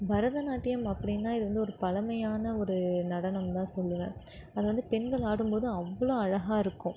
பரதநாட்டியம் அப்படின்னா இது வந்து ஒரு பழமையான ஒரு நடனம் தான் சொல்லுவேன் அது வந்து பெண்கள் ஆடும்போது அவ்வளோ அழகாக இருக்கும்